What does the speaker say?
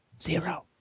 zero